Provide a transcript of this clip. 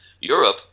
Europe